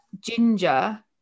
ginger